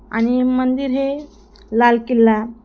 आणि मंदिर हे लाल किल्ला